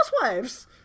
Housewives